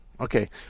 Okay